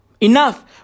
Enough